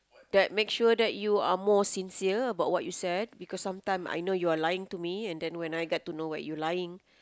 that make sure that you are more sincere about what you said because sometime I know you are lying to me and then when I get to know what you lying